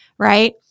right